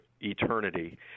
eternity